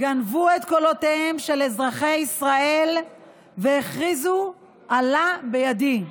גנבו את קולותיהם של אזרחי ישראל והכריזו "עלה בידי".